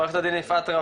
אני לא